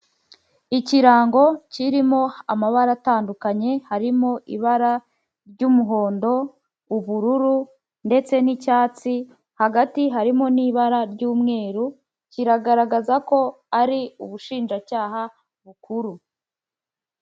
Ikirango kirimo amabara atandukanye harimo ibara ry'umuhondo, ubururu ndetse n'icyatsi, hagati harimo n'ibara ry'umweru kiragaragaza ko ari ubushinjacyaha bukuru.